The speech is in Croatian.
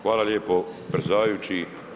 Hvala lijepo predsjedavajući.